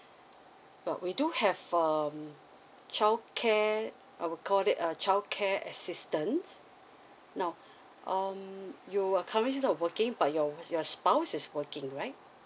but we do have um child care I would call it a childcare assistance now um you are currently working for but your your spouse is working right it's